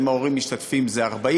ואם ההורים משתתפים זה 40,000,